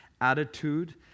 attitude